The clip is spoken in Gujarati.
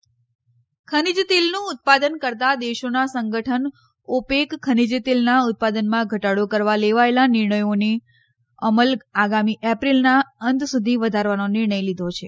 ઓપેક ખનીજ તેલનું ઉત્પાદન કરતાં દેશોનાં સંગઠન ઓપેક ખનીજ તેલનાં ઉત્પાદનમાં ધટાડો કરવા લેવાયેલાં નિર્ણયોને અમલ આગામી એપ્રિલનાં અંત સુધી વધારવાનો નિર્ણય લીધો છે